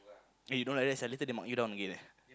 eh you don't like that sia later they mark you down again